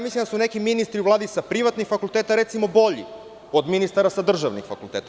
Mislim da su neki ministri u Vladi sa privatnih fakulteta, recimo, bolji od ministara sa državnih fakulteta.